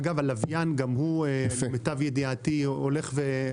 אגב, הלוויין גם הוא, למיטב ידיעתי, עובר.